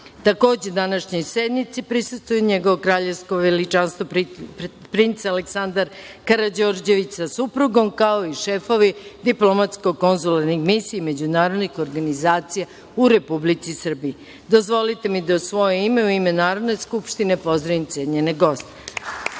Srbija. Takođe, današnjoj sednici prisustvuju NJegovo kraljevsko visočanstvo princ Aleksandar Karađorđević sa suprugom, kao i šefovi diplomatsko - konzularnih misija i međunarodnih organizacija u Republici Srbiji. Dozvolite mi da, u svoje ime i u ime Narodne skupštine, pozdravim cenjene goste. Sada